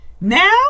now